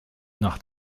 nach